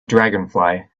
dragonfly